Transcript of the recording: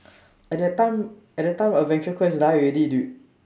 at that time at that time adventure quest die already dude